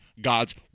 God's